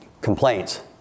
complaints